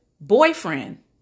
boyfriend